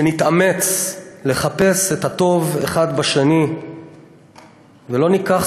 שנתאמץ לחפש את הטוב אחד בשני ולא ניקח